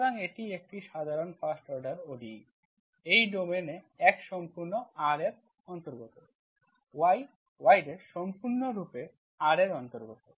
সুতরাং এটি Fyyx0 একটি সাধারণ ফার্স্ট অর্ডার ODEএই ডোমেইনে এ x সম্পূর্ণ R এর অন্তর্গত yy সম্পূর্ণরূপে R এর অন্তর্গত